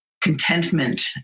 contentment